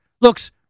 looks